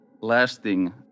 lasting